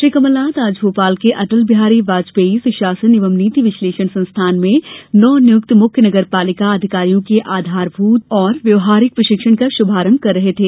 श्री कमलनाथ आज भोपाल के अटल बिहारी वाजपेयी सुशासन एवं नीति विश्लेषण संस्थान में नव नियुक्त मुख्य नगर पालिका अधिकारियों के आधारभूत और व्यवसायिक प्रशिक्षण का शुभारंभ कर रहे थे